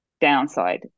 downside